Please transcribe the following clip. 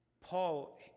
Paul